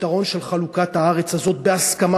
הפתרון של חלוקת הארץ הזאת בהסכמה,